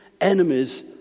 enemies